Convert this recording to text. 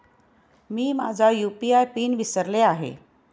मी माझा UPI PIN विसरले आहे